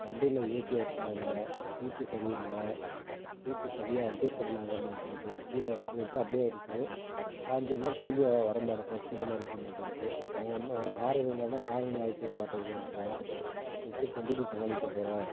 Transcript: வண்டியில் AC work ஆகலலை seat சரியில்லை சீட்டு சரியாக அஸெட்டபுல் ஆகமாட்டேங்கிது கீழே இறக்கி விட்டால் அப்படியே இருக்குது சாஞ்சம்னா திரும்பி வர மாட்டிக்கிது ப்ளக்ஸ்ஷிபிலாக இருக்கற மாட்டேங்கிது ஹாரன் என்னென்னா ஹாரன் வேலை செய்ய மாட்டேங்கிதுன்ற எப்படி சாமாளிக்கப் போகிற